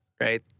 right